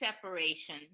separation